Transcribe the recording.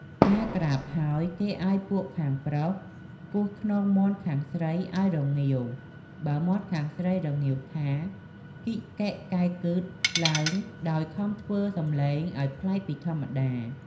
កាលក្រាបហើយគេឱ្យពួកខាងប្រុសគោះខ្នងមាន់ខាងស្រីឱ្យរងាវ បើមាន់ខាងស្រីរងាវថា កិកកិកែកឺត ឡើង ដោយខំធ្វើសំឡេងឱ្យប្លែកពីធម្មតា។